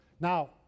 Now